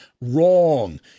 Wrong